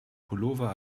pullover